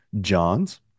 Johns